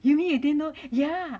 you mean you didn't know yeah